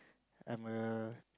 I'm a